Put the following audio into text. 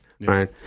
right